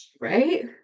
Right